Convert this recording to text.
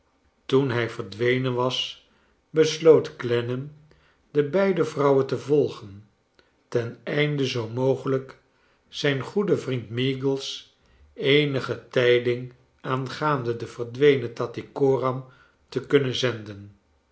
toen hij verdwenen was besloot clennam de beide vrouwen te volgen ten einde zoo mogelijk zijn goeden vriend meagles eenige tij ding aangaande de verdwenen tattycoram te kunnen zendan